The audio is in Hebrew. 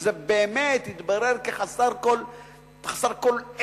וזה באמת התברר כחסר כל ערך,